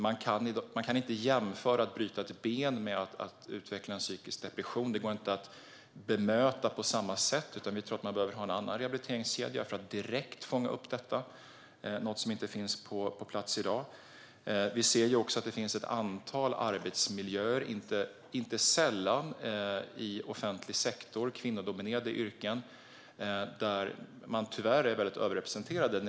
Man kan inte jämföra hur det är att bryta ett ben med hur det är att utveckla en psykisk depression. Det går inte att bemöta på samma sätt. Vi tror att man behöver ha en annan rehabiliteringskedja för att direkt fånga upp detta. Det är något som inte finns på plats i dag. Vi ser också att det finns ett antal arbetsmiljöer, inte sällan i offentlig sektor och när det gäller kvinnodominerade yrken, där den psykiska ohälsan tyvärr är väldigt överrepresenterad.